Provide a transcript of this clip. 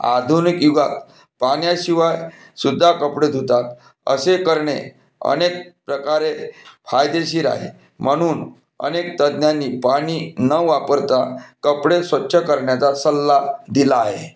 आधुनिक युगात पाण्याशिवाय सुद्धा कपडे धुतात असे करणे अनेक प्रकारे फायदेशीर आहे म्हणून अनेक तज्ज्ञांनी पाणी न वापरता कपडे स्वच्छ करण्याचा सल्ला दिला आहे